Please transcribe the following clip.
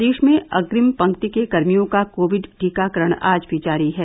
प्रदेश में अग्रिम पंक्ति के कर्मियों का कोविड टीकाकरण आज भी जारी है